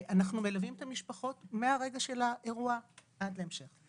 אנחנו מלווים את המשפחות מרגע האירוע עד להמשך.